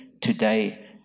today